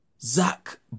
Zach